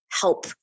help